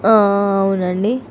అవునండి